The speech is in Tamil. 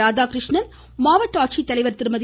ராதாகிருஷ்ணன் மாவட்ட ஆட்சித்தலைவர் திருமதி